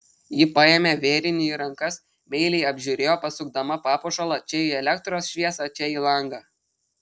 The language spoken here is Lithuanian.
ji paėmė vėrinį į rankas meiliai apžiūrėjo pasukdama papuošalą čia į elektros šviesą čia į langą